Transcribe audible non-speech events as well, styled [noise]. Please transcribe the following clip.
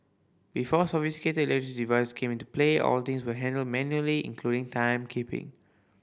before sophisticated [unintelligible] device came into play all things were handled manually including timekeeping